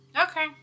Okay